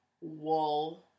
wool